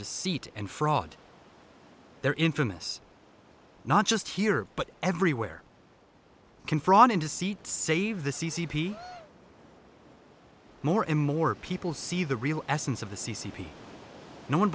deceit and fraud their infamous not just here but everywhere can fraud and deceit save the c c p more and more people see the real essence of the c c p no one